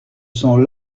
sont